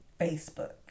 Facebook